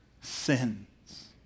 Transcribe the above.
sins